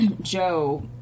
Joe